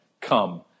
Come